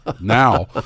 now